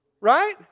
Right